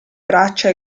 braccia